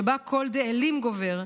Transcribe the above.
שבה קול דאלים גבר,